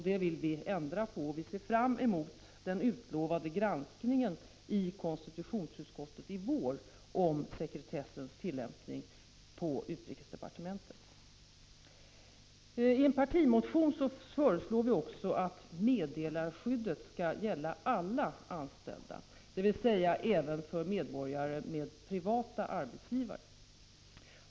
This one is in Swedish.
Detta vill vi ändra på, och vi ser fram emot den utlovade granskningen i konstitutionsutskottet i vår om sekretesslagens tillämpning i utrikesdepartementet. I en partimotion föreslår vi också att meddelarskyddet skall gälla alla anställda, dvs. även för medborgare med privata arbetsgivare.